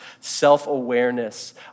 self-awareness